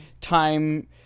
time